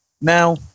Now